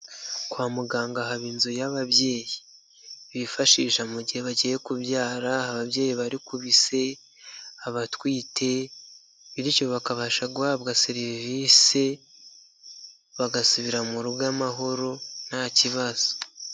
Kwa muganga haba inzu y'ababyeyi bifashisha mu gihe bagiye kubyara, ababyeyi bari ku bise, abatwite bityo bakabasha guhabwa serivise bagasubira mu rugo amahoro nta kibazo.